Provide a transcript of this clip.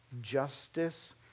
justice